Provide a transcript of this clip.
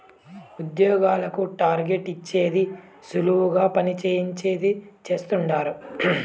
ఉద్యోగులకు టార్గెట్ ఇచ్చేది సులువుగా పని చేయించేది చేస్తండారు